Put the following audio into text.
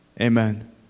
Amen